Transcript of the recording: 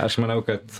aš manau kad